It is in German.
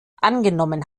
angenommen